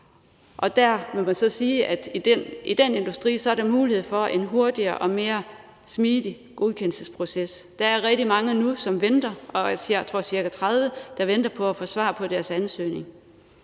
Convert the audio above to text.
Der kan man så sige, at i den industri er der så mulighed for en hurtigere og mere smidig godkendelsesproces. Der er rigtig mange nu, som venter – jeg tror ca. 30 – på at få svar på deres ansøgning.